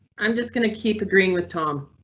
i'm just going to keep agreeing with tom.